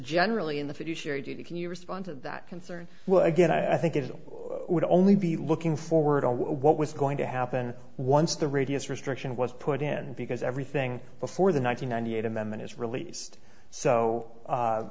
generally in the fiduciary duty can you respond to that concern well again i think it would only be looking forward to what was going to happen once the radius restriction was put in because everything before the nine hundred ninety eight amendment is released so